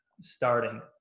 starting